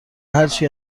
هرچی